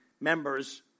members